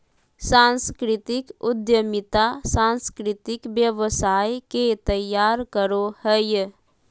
सांस्कृतिक उद्यमिता सांस्कृतिक व्यवसाय के तैयार करो हय